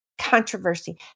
controversy